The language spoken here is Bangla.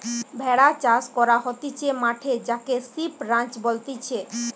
ভেড়া চাষ করা হতিছে মাঠে যাকে সিপ রাঞ্চ বলতিছে